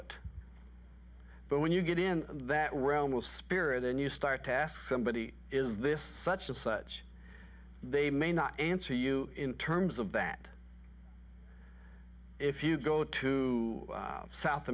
it but when you get in that realm of spirit and you start to ask somebody is this such of such they may not answer you in terms of that if you go to south